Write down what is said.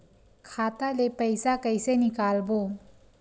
खाता ले पईसा कइसे निकालबो?